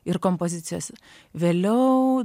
ir kompozicijos vėliau